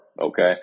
okay